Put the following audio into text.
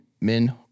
Men